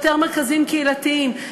יותר מרכזים קהילתיים,